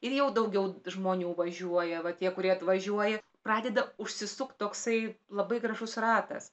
ir jau daugiau žmonių važiuoja va tie kurie atvažiuoja pradeda užsisukt toksai labai gražus ratas